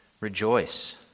rejoice